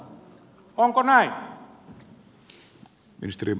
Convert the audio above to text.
onko näin